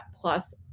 plus